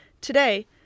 Today